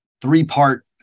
three-part